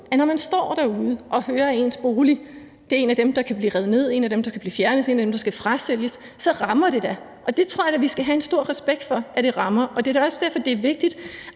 at når man står derude og hører, at ens bolig er en af dem, der kan blive revet ned, en af dem, der skal fjernes, en af dem, der skal frasælges, så rammer det, og det tror jeg da at vi skal have stor respekt for, altså at det rammer. Og det er også derfor, at det er vigtigt,